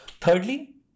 thirdly